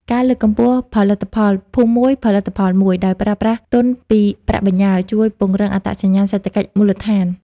ការលើកកម្ពស់ផលិតផល "ភូមិមួយ ផលិតផលមួយ" ដោយប្រើប្រាស់ទុនពីប្រាក់បញ្ញើ ជួយពង្រឹងអត្តសញ្ញាណសេដ្ឋកិច្ចមូលដ្ឋាន។